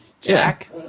Jack